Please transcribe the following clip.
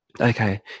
okay